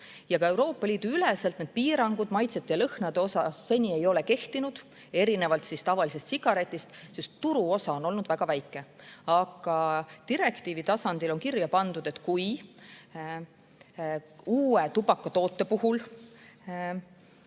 Ka Euroopa Liidu üleselt ei ole piirangud maitsete ja lõhnade osas seni kehtinud, erinevalt tavalisest sigaretist, sest turuosa on olnud väga väike. Direktiivi tasandil on kirja pandud, et kui uue tubakatoote puhul